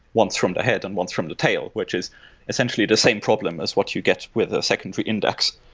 once from the head and once from the tail, which is essentially the same problem as what you get with a secondary index.